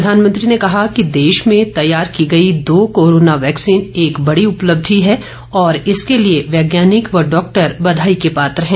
प्रधानमंत्री ने कहा कि देश में तैयार की गई दो कोरोना वैक्सीन एक बड़ी उपलब्धी है और इसके लिए वैज्ञानिक व डॉक्टर बधाई के पात्र हैं